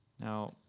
Now